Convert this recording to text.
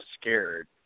scared